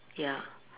ya